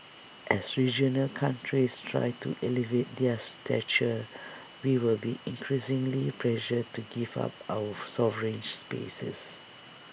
as regional countries try to elevate their stature we will be increasingly pressured to give up our sovereigns spaces